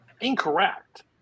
incorrect